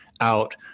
out